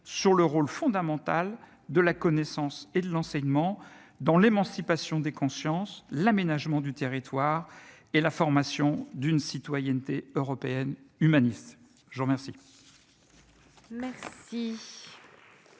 sur le rôle fondamental de la connaissance et de l'enseignement dans l'émancipation des consciences, l'aménagement du territoire et la formation d'une citoyenneté européenne humaniste, je vous remercie.